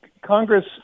Congress